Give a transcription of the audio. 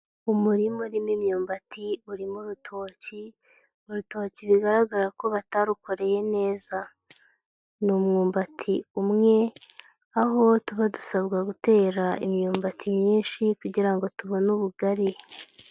Umurima urimo imyumbati urimo urutoki, urutoki bigaragara ko batarukoreye neza. Ni umwumbati umwe aho tuba dusabwa gutera imyumbati myinshi kugira ngo tubone ubugari.